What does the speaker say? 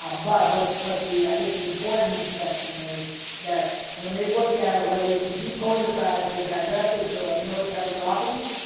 ah but what what the i guess the important intersection is that when they looked at a way to depoliticize the divestiture of military properties,